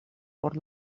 por